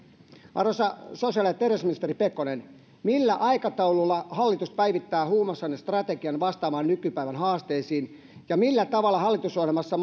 arvoisa sosiaali ja terveysministeri pekonen millä aikataululla hallitus päivittää huumausainestrategian vastaamaan nykypäivän haasteisiin ja millä tavalla hallitusohjelmassa